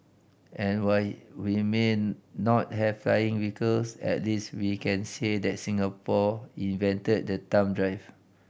and while we may not have flying vehicles at least we can say that Singapore invented the thumb drive